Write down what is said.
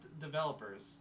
Developers